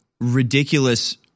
ridiculous